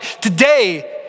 Today